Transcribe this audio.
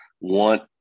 want